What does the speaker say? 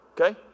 Okay